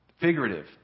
Figurative